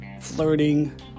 flirting